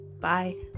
Bye